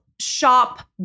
Shop